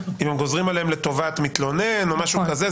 אם הם גוזרים עליהם לטובת מתלונן או משהו כזה,